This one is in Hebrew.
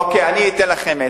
אוקיי, אני אתן לכם עצה.